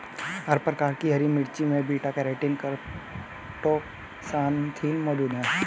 हर प्रकार की हरी मिर्चों में बीटा कैरोटीन क्रीप्टोक्सान्थिन मौजूद हैं